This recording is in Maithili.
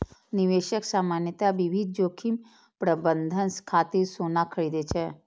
निवेशक सामान्यतः विविध जोखिम प्रबंधन खातिर सोना खरीदै छै